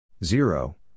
Zero